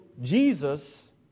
Jesus